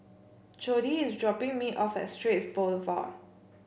Jodi is dropping me off at Straits Boulevard